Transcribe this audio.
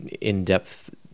in-depth